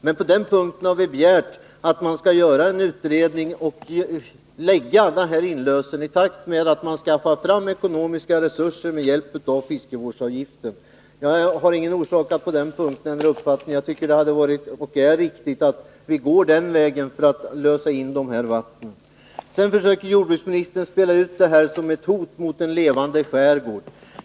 Men på denna punkt har vi begärt att man skall göra en utredning och genomföra inlösen i takt med att man skaffar fram ekonomiska resurser med hjälp av fiskevårdsavgiften. Jag har ingen orsak att ändra uppfattning på den punkten. Jag tycker att det är riktigt att vi går den vägen för att lösa in dessa vatten. Sedan försöker jordbruksministern framställa detta som ett hot mot en levande skärgård.